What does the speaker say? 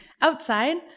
outside